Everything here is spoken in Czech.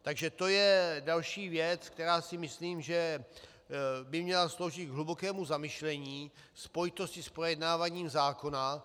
Takže to je další věc, která si myslím, že by měla sloužit k hlubokému zamyšlení ve spojitosti s projednáváním zákona.